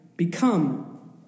Become